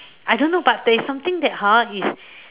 I don't know but there's something that hor is